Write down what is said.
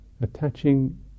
Attaching